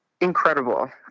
incredible